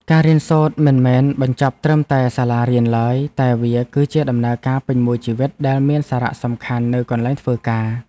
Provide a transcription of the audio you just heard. ការរៀនសូត្រមិនមែនបញ្ចប់ត្រឹមតែសាលារៀនឡើយតែវា គឺជាដំណើរការពេញមួយជីវិតដែលមានសារៈសំខាន់នៅកន្លែងធ្វើការ។